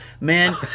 man